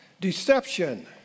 Deception